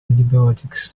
antibiotics